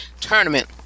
tournament